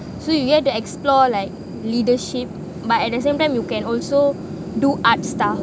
so you get to explore like leadership but at the same time you can also do art stuff